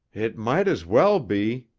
it might as well be!